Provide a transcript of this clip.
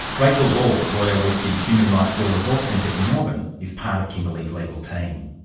rachel ball, lawyer with the human rights law resource centre in melbourne is part of kimberley's legal team.